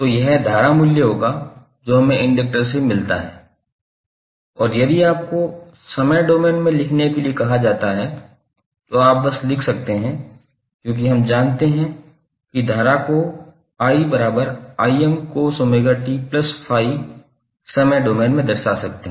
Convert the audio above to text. तो यह धारा मूल्य होगा जो हमें इंडक्टर से मिलता है और यदि आपको समय डोमेन में लिखने के लिए कहा जाता है तो आप बस लिख सकते हैं क्योंकि हम जानते हैं कि धारा को 𝑖cos𝜔𝑡∅ समय डोमेन में दर्शा सकते है